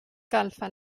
calfa